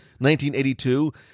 1982